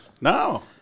No